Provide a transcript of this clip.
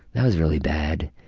that was really bad.